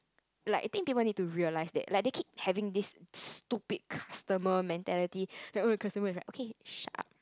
like I think people need to realise that like they keep having this stupid customer mentality like oh customer is right okay shut up